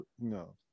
No